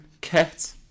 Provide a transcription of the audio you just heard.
ket